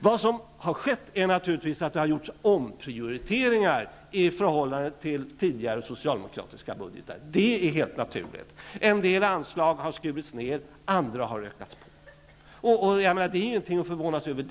Vad som har skett är att det har gjorts omprioriteringar i förhållande till tidigare socialdemokratiska budgetar. Det är helt naturligt. En del anslag har skurits ned, och andra har ökats på. Detta är ingenting att förvånas över.